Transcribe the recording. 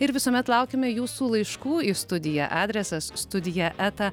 ir visuomet laukiame jūsų laiškų į studiją adresas studija eta